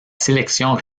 sélection